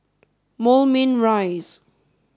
Moulmein Rise